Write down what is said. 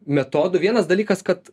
metodų vienas dalykas kad